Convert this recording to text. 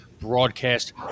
broadcast